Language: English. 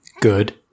good